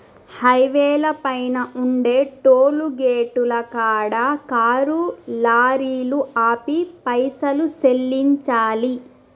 హైవేల పైన ఉండే టోలుగేటుల కాడ కారు లారీలు ఆపి పైసలు సెల్లించాలి